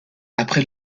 après